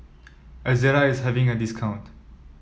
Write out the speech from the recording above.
Ezerra is having a discount